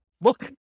look